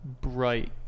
bright